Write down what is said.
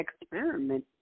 experiment